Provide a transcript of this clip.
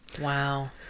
Wow